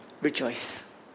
Rejoice